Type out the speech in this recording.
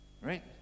right